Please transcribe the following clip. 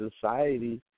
society